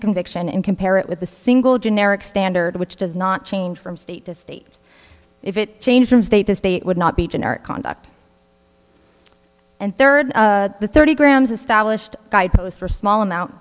of conviction and compare it with the single generic standard which does not change from state to state if it change from state to state would not be generic conduct and third the thirty grams established guidepost for small